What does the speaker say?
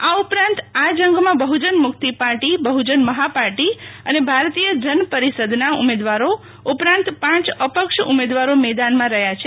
આ ઉપરાંત આ જંગમાં બહુજન મુક્તિ પાર્ટી બહુજન મહાપાર્ટી અને ભારતીય જન પરિષદના ઉમેદવારો ઉપરાંત પાંચ અપક્ષ ઉમેદવારો મેદાનમાં રહ્યા છે